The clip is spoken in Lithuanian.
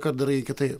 ką darai kitai